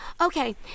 Okay